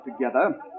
together